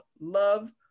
love